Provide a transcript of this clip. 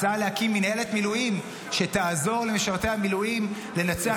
הצעה להקים מינהלת מילואים שתעזור למשרתי המילואים לנצח